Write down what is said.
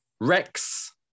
Rex